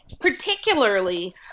particularly